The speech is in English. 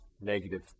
Negative